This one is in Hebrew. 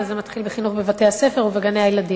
זה מתחיל בחינוך בבתי-הספר ובגני-הילדים.